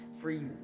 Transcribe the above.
free